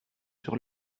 sur